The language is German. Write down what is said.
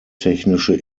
technische